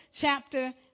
chapter